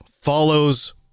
follows